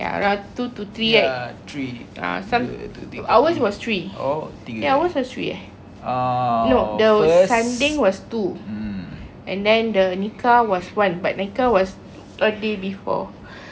ya around two to three right uh some ours was three ya ours was three eh no the sanding was two and then the nikah was one but nikah was a day before